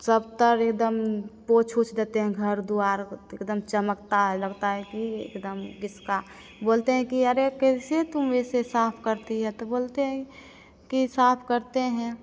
सब तरफ एकदम पोंछ ओंछ देते हैं घर द्वार एकदम चमकता है लगता है कि एकदम किसका बोलते हैं कि अरे कैसे तुम ऐसे साफ करती है तो बोलते हैं की साफ करते हैं